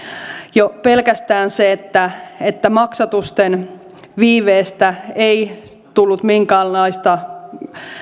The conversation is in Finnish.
jo pelkästään se että että maksatusten viiveestä ei tullut minkäänlaista